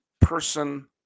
person